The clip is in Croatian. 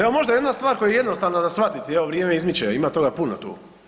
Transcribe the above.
Evo možda jedna stvar koju je jednostavno za shvatiti, evo vrijeme izmiče, ima toga puno tu.